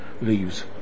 leaves